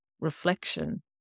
reflection